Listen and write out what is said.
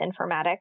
informatics